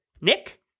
Nick